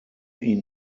ihn